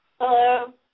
Hello